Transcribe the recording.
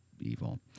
evil